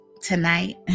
tonight